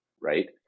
right